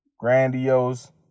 grandiose